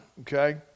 Okay